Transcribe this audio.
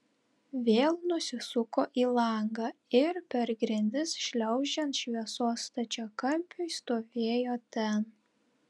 vėl nusisuko į langą ir per grindis šliaužiant šviesos stačiakampiui stovėjo ten